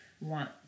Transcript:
want